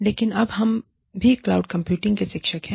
लेकिन अब हम भी क्लाउड कंप्यूटिंग के शिक्षक हैं